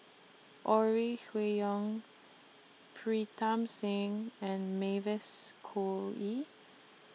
Ore Huiying Pritam Singh and Mavis Khoo Oei